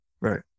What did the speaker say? Right